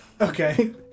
Okay